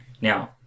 Now